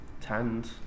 tanned